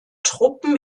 truppen